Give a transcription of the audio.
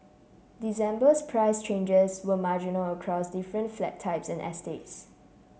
December's price changes were marginal across different flat types and estates